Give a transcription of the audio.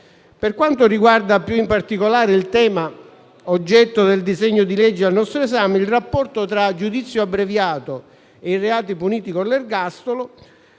Per quanto riguarda più in particolare il tema oggetto del disegno di legge al nostro esame, la questione del rapporto tra giudizio abbreviato e i reati puniti con l'ergastolo,